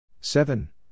Seven